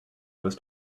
was